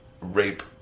rape